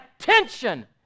attention